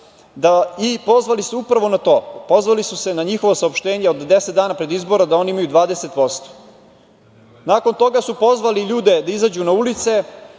i pozvali se upravu na to. Pozvali su se na njihovo saopštenje od 10 dana pre izbora da oni imaju 20%.Nakon toga su pozvali ljude da izađu na ulice.